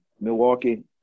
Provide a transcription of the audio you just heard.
Milwaukee